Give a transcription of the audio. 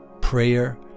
prayer